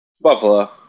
Buffalo